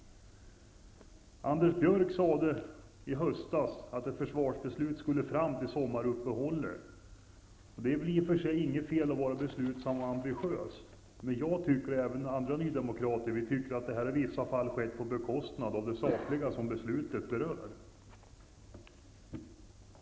Anders Björck sade i höstas att ett försvarsbeslut skulle tas fram före sommaruppehållet. Det är väl i och för sig inget fel att vara beslutsam och ambitiös, men jag och även andra nydemokrater tycker att detta i vissa fall har skett på bekostnad av det sakliga som beslutet berör.